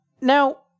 Now